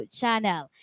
channel